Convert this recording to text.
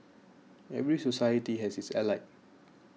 every society has its elite